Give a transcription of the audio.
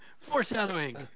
foreshadowing